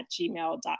gmail.com